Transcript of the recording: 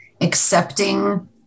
accepting